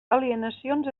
alineacions